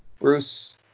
Bruce